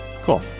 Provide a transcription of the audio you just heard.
Cool